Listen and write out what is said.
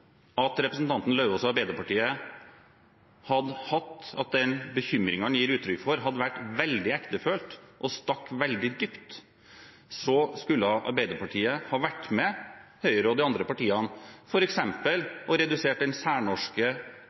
bekymringen representanten Lauvås og Arbeiderpartiet gir uttrykk for, hadde vært veldig ektefølt og stukket veldig dypt, skulle Arbeiderpartiet ha vært med Høyre og de andre partiene på f.eks. å redusere den særnorske